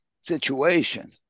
situation